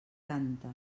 canta